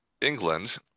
England